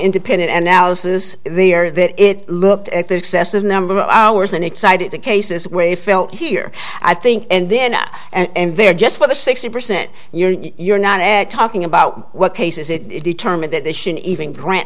independent and now is there that it looked at the excessive number of hours and excited in cases where they felt here i think and then and there just for the sixty percent you're you're not talking about what cases it determined that they should even grant